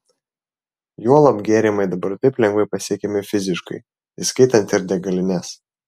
juolab gėrimai dabar taip lengvai pasiekiami fiziškai įskaitant ir degalines